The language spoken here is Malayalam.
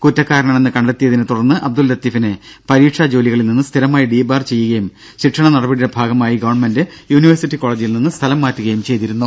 കുറ്റക്കാരനാണെന്ന് കണ്ടെത്തിയതിനെ തുടർന്ന് അബ്ദുൾ ലത്തീഫിനെ പരീക്ഷാ ജോലികളിൽ നിന്ന് സ്ഥിരമായി ഡിബാർ ചെയ്യുകയും ശിക്ഷണ നടപടിയുടെ ഭാഗമായി ഗവൺമെന്റ് യൂണിവേഴ്സിറ്റി കോളേജിൽനിന്ന് സ്ഥലം മാറ്റുകയും ചെയ്തിരുന്നു